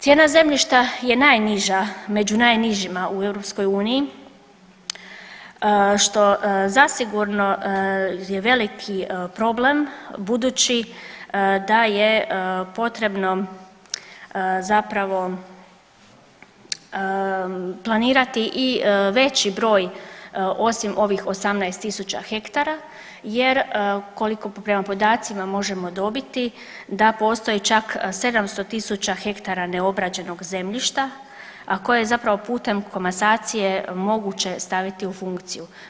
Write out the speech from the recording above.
Cijena zemljišta je najniža među najnižima u EU što zasigurno je veliki problem, budući da je potrebno planirati i veći broj osim ovih 18.000 hektara jer prema podacima možemo dobiti da postoji čak 700.000 hektara neobrađenog zemljišta, a koje je zapravo putem komasacije moguće staviti u funkciju.